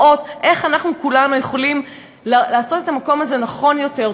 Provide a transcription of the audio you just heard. לראות איך כולנו יכולים לעשות את המקום הזה נכון יותר,